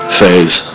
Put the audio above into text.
phase